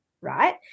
right